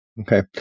Okay